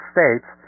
States